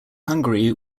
hungary